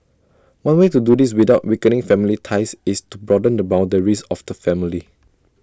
one way to do this without weakening family ties is to broaden the boundaries of the family